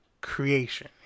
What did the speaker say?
creation